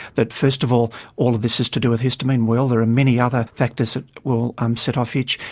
that first of all all of this is to do with histamine, well, there are many other factors that will um set off itch.